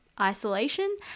isolation